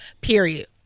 period